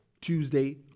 Tuesday